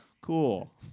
Cool